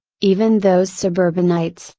even those suburbanites,